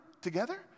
together